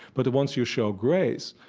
but once you show grace,